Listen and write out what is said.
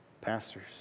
pastors